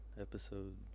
episode